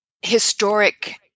historic